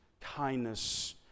kindness